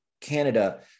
Canada